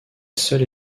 seule